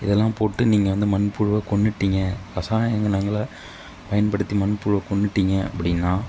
இதெல்லாம் போட்டு நீங்கள் அந்த மண்புழுவை கொன்னுட்டீங்க ரசாயனங்களை பயன்படுத்தி மண்புழுவை கொன்னுட்டீங்க அப்படின்னா